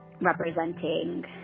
representing